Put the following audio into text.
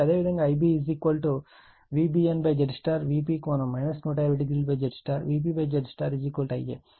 కాబట్టి అదేవిధంగా Ib VbnZY Vp∠ 1200ZY VpZY Ia